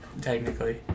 technically